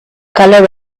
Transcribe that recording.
color